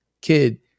kid